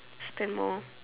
stand more